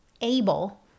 able